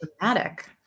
dramatic